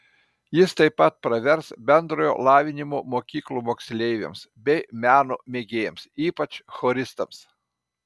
jis taip pat pravers bendrojo lavinimo mokyklų moksleiviams bei meno mėgėjams ypač choristams